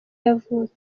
yavutse